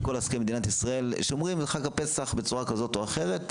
כל הסקרים במדינת ישראל שומרים על חג הפסח בצורה כזו או אחרת,